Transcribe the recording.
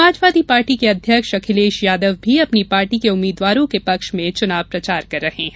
Samajwadi party के अध्यक्ष अखिलेश यादव भी अपनी पार्टी के उम्मीद्वारों के पक्ष में चुनाव प्रचार कर रहे हैं